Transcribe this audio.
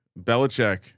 Belichick